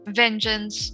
vengeance